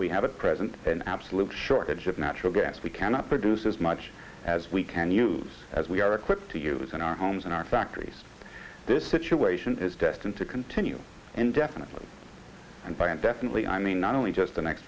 we have at present an absolute shortage of natural gas we cannot produce as much as we can use as we are equipped to use in our homes and our factories this situation is destined to continue indefinitely and by indefinitely i mean not only just the next